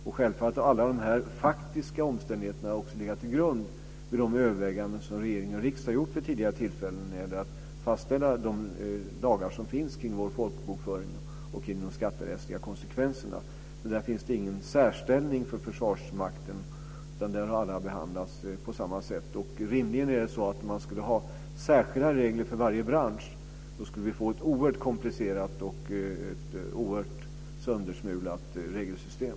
Och självfallet har alla dessa faktiska omständigheter också legat till grund vid de överväganden som regering och riksdag har gjort vid tidigare tillfällen när det gäller att fastställa de lagar som finns kring vår folkbokföring och kring de skatterättsliga konsekvenserna. Så där finns det inte någon särställning för Försvarsmakten, utan där har alla behandlats på samma sätt. Rimligen är det så att om man skulle ha särskilda regler för varje bransch, så skulle vi få ett oerhört komplicerat och oerhört söndersmulat regelsystem.